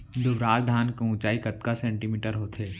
दुबराज धान के ऊँचाई कतका सेमी होथे?